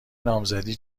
نامزدی